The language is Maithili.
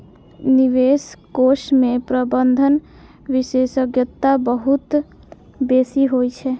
निवेश कोष मे प्रबंधन विशेषज्ञता बहुत बेसी होइ छै